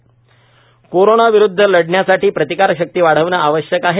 COVID संवाद corona विरुद्ध लढण्यासाठी प्रतिकारशक्ती वाढविणे आवश्यक आहे